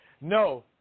no